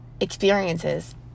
experiences